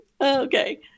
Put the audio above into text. Okay